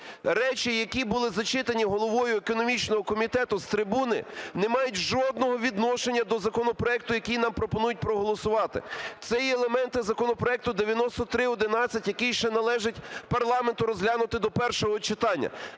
речі, які були зачитані головою економічного комітету з трибуни, не мають жодного відношення до законопроекту, який нам пропонують проголосувати. Це є елементи законопроекту 9311, який ще належить парламенту розглянути до першого читання.